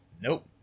Nope